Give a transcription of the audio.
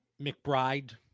McBride